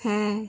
হ্যাঁ